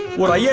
what are yeah